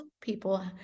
people